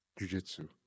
jujitsu